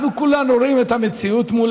אנחנו כולנו רואים את המציאות מול